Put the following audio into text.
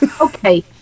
Okay